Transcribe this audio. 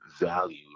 value